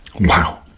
Wow